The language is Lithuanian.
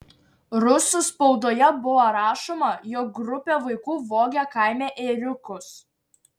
rusų spaudoje buvo rašoma jog grupė vaikų vogė kaime ėriukus